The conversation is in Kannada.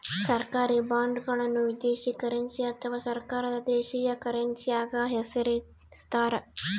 ಸರ್ಕಾರಿ ಬಾಂಡ್ಗಳನ್ನು ವಿದೇಶಿ ಕರೆನ್ಸಿ ಅಥವಾ ಸರ್ಕಾರದ ದೇಶೀಯ ಕರೆನ್ಸ್ಯಾಗ ಹೆಸರಿಸ್ತಾರ